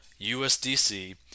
USDC